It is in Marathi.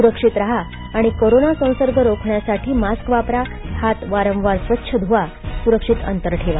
सुरक्षित राहा आणि कोरोना संसर्ग रोखण्यासाठी मास्क वापरा हात वारंवार स्वच्छ धुवा सुरक्षित अंतर ठेवा